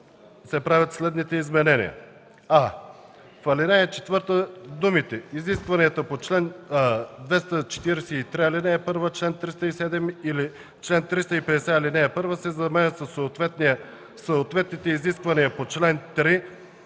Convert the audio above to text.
правят следните изменения: